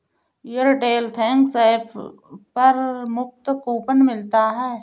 Airtel thanks app पर मुफ्त coupon मिलता है